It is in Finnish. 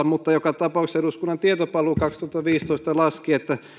mutta joka tapauksessa eduskunnan tietopalvelu laski kaksituhattaviisitoista että